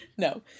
No